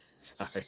Sorry